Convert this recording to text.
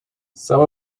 some